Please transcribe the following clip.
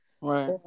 Right